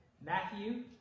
Matthew